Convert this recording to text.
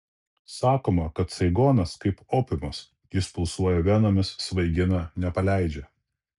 sakoma kad saigonas kaip opiumas jis pulsuoja venomis svaigina nepaleidžia